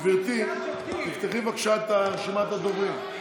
גברתי, תפתחי בבקשה את רשימת הדוברים.